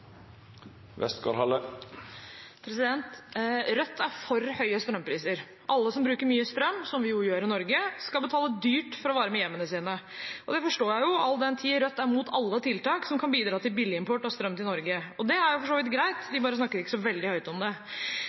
Rødt er for høye strømpriser. Alle som bruker mye strøm, som vi jo gjør i Norge, skal betale dyrt for å varme opp hjemmene sine. Det forstår jeg, all den tid Rødt er imot alle tiltak som kan bidra til billigimport av strøm til Norge. Det er for så vidt greit, de snakker bare ikke så veldig høyt om det.